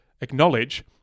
acknowledge